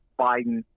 Biden